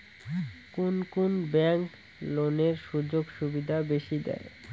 কুন কুন ব্যাংক লোনের সুযোগ সুবিধা বেশি দেয়?